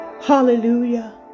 Hallelujah